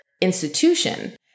institution